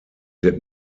did